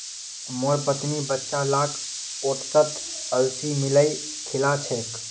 मोर पत्नी बच्चा लाक ओट्सत अलसी मिलइ खिला छेक